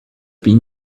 been